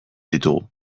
ditugu